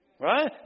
right